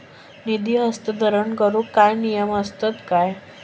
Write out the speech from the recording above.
निधी हस्तांतरण करूक काय नियम असतत काय?